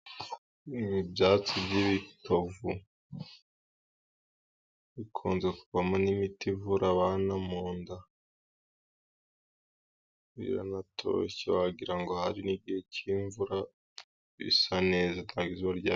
Ibi byatsi ni ibitovu bikunze kuvamo n'imiti ivura abana mu nda, biranatoshye wagira ngo ahari ni igihe cy'imvura, birasa neza kandi izuba rya ...